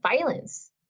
violence